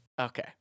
Okay